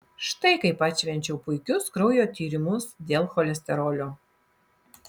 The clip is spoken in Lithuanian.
štai kaip atšvenčiau puikius kraujo tyrimus dėl cholesterolio